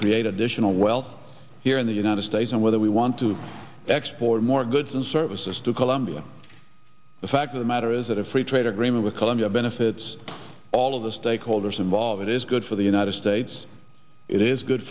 create additional well here in the united states and whether we want to export more goods and services to colombia the fact of the matter is that a free trade agreement with colombia benefits all of the stakeholders involved it is good for the united states it is good